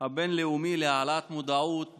הבין-לאומי להעלאת המודעות לדיסלקציה.